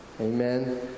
Amen